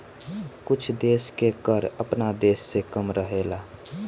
कुछ देश के कर आपना देश से कम रहेला